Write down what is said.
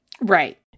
right